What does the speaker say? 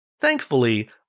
Thankfully